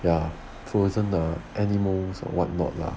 ya frozen the animals or what not lah